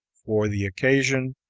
for the occasion,